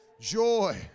Joy